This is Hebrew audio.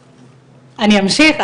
אני אמשיך,